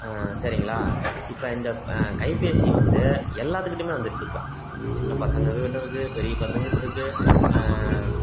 சரிங்களா இப்போ இந்த கைபேசி வந்து எல்லாத்துக்கிடையும் வந்துருச்சு இப்போ சின்ன பசங்க கிட்ட இருக்குது பெரிய பசங்க கிட்ட இருக்குது